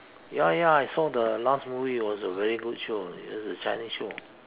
ya ya I saw the last movie was a very good shows it's a Chinese show